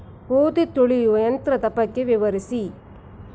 ಗೋಧಿ ತುಳಿಯುವ ಯಂತ್ರದ ಬಗ್ಗೆ ವಿವರಿಸಿ?